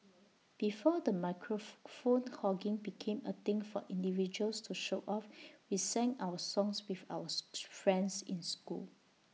before the microphone phone hogging became A thing for individuals to show off we sang our songs with ours friends in school